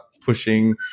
pushing